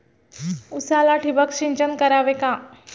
उसाला ठिबक सिंचन करावे का?